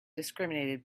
discriminated